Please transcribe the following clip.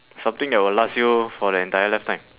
something that will last you for the entire lifetime